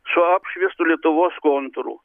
su apšviestu lietuvos kontūru